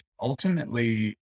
ultimately